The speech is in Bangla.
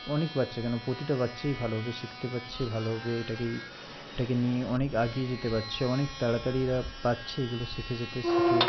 অনেক বাচ্চা কেন প্রতিটা বাচ্চাই ভালোভাবে শিখতে পারছে ভালোভাবে এটাকেই এটাকে নিয়ে অনেক এগিয়ে যেতে পারছে অনেক তাড়াতাড়ি এরা পারছে এগুলো শিখে যেতে শিখে